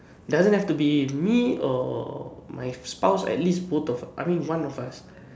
doesn't have to me or my spouse at least both I mean one of us